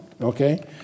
okay